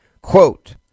Quote